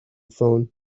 phone